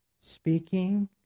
speaking